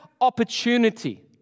opportunity